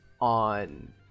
on